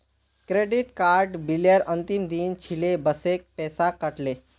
credit card बिलेर अंतिम दिन छिले वसे पैसा कट ले